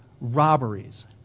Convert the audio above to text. robberies